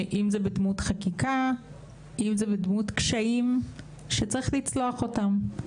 אם זה בדמות חקיקה אם זה בדמות קשיים שצריך לצלוח אותם.